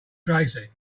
tracy